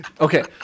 Okay